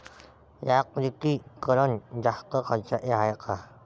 यांत्रिकीकरण जास्त खर्चाचं हाये का?